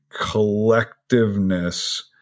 collectiveness